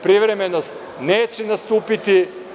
Privremenost neće nastupiti.